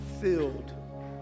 filled